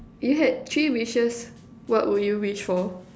you had three wishes what would you wish for